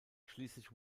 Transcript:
schließlich